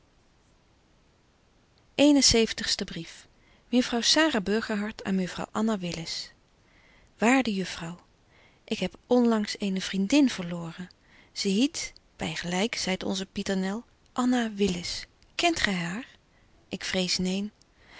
en zeventigste brief mejuffrouw sara burgerhart aan mejuffrouw anna willis waarde juffrouw ik heb onlangs eene vriendin verloren ze hiet by gelyk zeit onze pieternel anna willis kent gy haar ik vrees neen